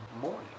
morning